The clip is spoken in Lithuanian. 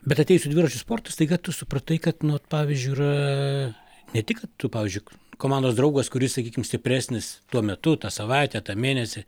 bet atėjus į dviračių sportą staiga tu supratai kad nu vat pavyzdžiui yra ne tik tu pavyzdžiui komandos draugas kuris sakykim stipresnis tuo metu tą savaitę tą mėnesį